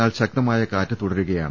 എന്നാൽ ശക്തമായ കാറ്റ് ്തുടരുകയാണ്